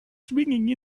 swinging